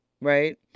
right